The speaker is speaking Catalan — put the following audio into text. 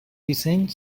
disseny